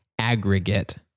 aggregate